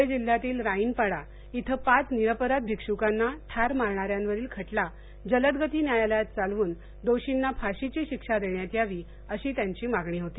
घुळे जिल्ह्यातील राईनपाडा इथं पाच निरपराध भिक्षुकांना ठार मारणाऱ्यांवरील खटला जलदगती न्यायालयात चालवून दोषींना फाशीची शिक्षा देण्यात यावी अशी त्यांची मागणी होती